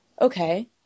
okay